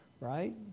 Right